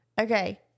Okay